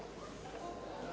Hvala.